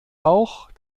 auch